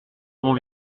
mon